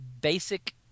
basic